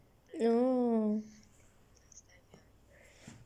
oh